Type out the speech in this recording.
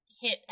hit